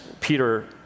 Peter